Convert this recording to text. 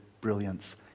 brilliance